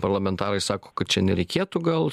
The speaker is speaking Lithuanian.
parlamentarai sako kad čia nereikėtų gal